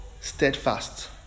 steadfast